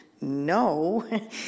no